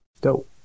Dope